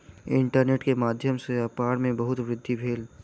internet के माध्यम सॅ व्यापार में बहुत वृद्धि भेल